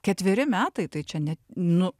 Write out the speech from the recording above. ketveri metai tai čia ne nu